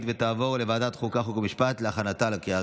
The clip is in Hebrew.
לוועדת החוקה, חוק ומשפט נתקבלה.